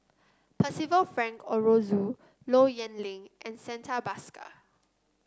Percival Frank Aroozoo Low Yen Ling and Santha Bhaskar